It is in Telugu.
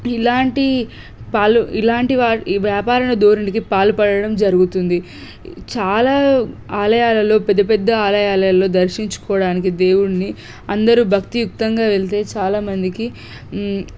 ఇలాంటి పాలు ఇలాంటి ఈ వ్యాపారణ ధోరణికి పాల్పడడం జరుగుతుంది చాలా ఆలయాలల్లో పెద్ద పెద్ద ఆలయాలల్లో దర్శించుకోవడానికి దేవుడిని అందరూ భక్తియుక్తంగా వెళితే చాలా మందికి